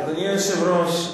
אדוני היושב-ראש,